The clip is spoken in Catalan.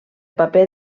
paper